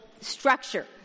structure